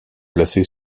placé